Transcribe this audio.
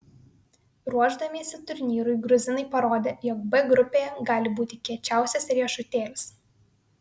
ruošdamiesi turnyrui gruzinai parodė jog b grupėje gali būti kiečiausias riešutėlis